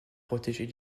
protéger